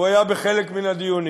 הוא היה בחלק מן הדיונים.